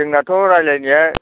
जोंनाथ' रायज्लायनाया